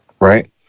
right